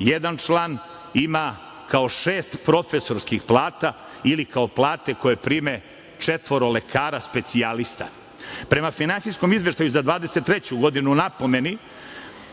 jedan član ima kao šest profesorskih plata ili kao plate koje prime četvoro lekara specijalista. Prema finansijskom izveštaju za 2023. godinu, u napomeni,